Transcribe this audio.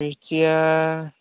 मिस्टिया